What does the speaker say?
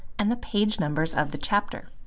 and the page numbers of the chapter.